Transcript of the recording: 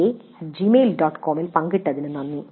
ൽ പങ്കിട്ടതിന് നന്ദി